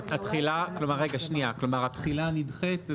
כלומר התחילה נדחית,